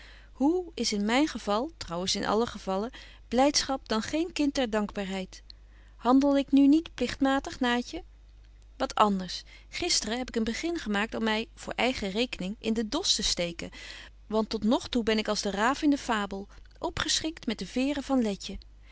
hoe is in myn geval trouwens in alle gevallen blydschap dan geen kind der dankbaarheid handel ik nu niet pligtmatig naatje wat anders gisteren heb ik een begin gemaakt om my voor eigen rekening in den dos te steken want tot nog toe ben ik als de raaf in de fabel opgeschikt met de veeren van letje